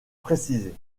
précisé